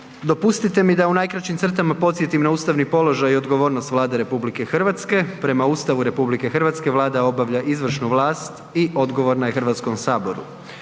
Dopustite mi da u najkraćim crtama podsjetim na ustavni položaj i odgovornost Vlade RH, prema Ustavu RH Vlada obavlja izvršnu vlast i odgovorna je Hrvatskome saboru.